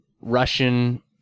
Russian